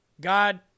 God